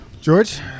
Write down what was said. George